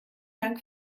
dank